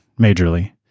majorly